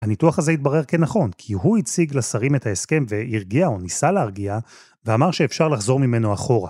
הניתוח הזה התברר כנכון, כי הוא הציג לשרים את ההסכם והרגיע או ניסה להרגיע ואמר שאפשר לחזור ממנו אחורה.